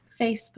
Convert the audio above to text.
Facebook